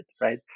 right